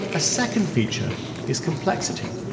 a second feature is complexity.